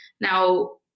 Now